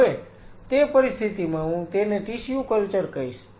હવે તે પરિસ્થિતિમાં હું તેને ટિશ્યુ કલ્ચર કહીશ